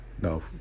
No